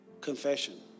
confession